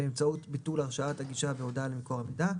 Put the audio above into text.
באמצעות ביטול הרשאת הגישה בהודעה למקור המידע,